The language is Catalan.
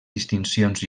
distincions